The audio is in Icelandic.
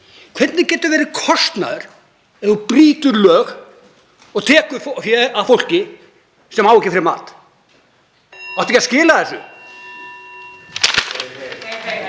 Hvernig getur það verið kostnaður ef þú brýtur lög og tekur fé af fólki sem á ekki fyrir mat? Átti ekki að skila þessu?